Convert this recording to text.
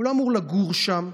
הוא לא אמור לגור שם,